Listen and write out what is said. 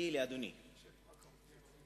בדיאלוג שלו עם חבר הכנסת חרמש,